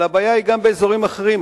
אלא גם באזורים אחרים.